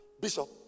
Bishop